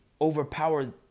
overpower